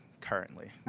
currently